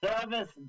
Service